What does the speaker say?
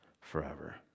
forever